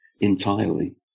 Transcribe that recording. entirely